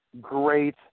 great